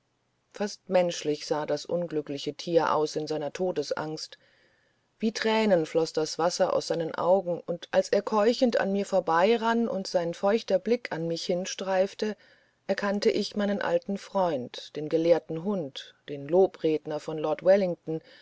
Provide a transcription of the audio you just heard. fast menschlich sah das unglückliche tier aus in seiner todesangst wie tränen floß das wasser aus seinen augen und als er keuchend an mir vorbei rann und sein feuchter blick an mich hinstreifte erkannte ich meinen alten freund den gelehrten hund den lobredner von lord wellington